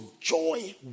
joy